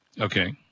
Okay